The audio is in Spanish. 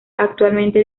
actualmente